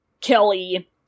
Kelly